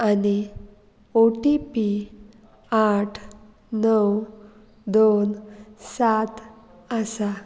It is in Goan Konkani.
आनी ओ टी पी आठ णव दोन सात आसा